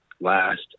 last